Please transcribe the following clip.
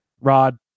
Rod